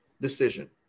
decision